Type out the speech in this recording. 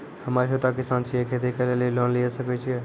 हम्मे छोटा किसान छियै, खेती करे लेली लोन लिये सकय छियै?